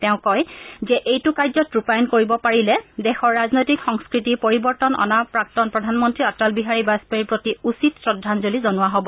তেওঁ কয় যে এইটো কাৰ্যত ৰূপায়ন কৰিব পাৰিলে দেশৰ ৰাজনৈতিক সংস্কৃতি পৰিৱৰ্তন অনা প্ৰাক্তন প্ৰধানমন্ত্ৰী অটল বিহাৰী বাজপেয়ীৰ প্ৰতি উচিত শ্ৰদ্ধাঞ্জলী জনোৱা হব